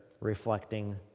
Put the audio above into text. reflecting